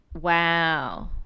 Wow